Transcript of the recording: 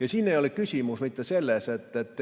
seda. Siin ei ole küsimus mitte selles, et